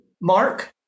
Mark